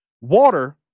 Water